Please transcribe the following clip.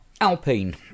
Alpine